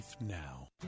now